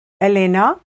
Elena